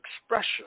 expression